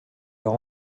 leur